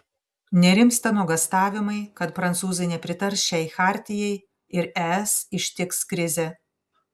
nerimsta nuogąstavimai kad prancūzai nepritars šiai chartijai ir es ištiks krizė